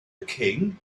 king